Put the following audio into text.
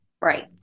right